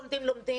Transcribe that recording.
לומדים,